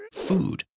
food,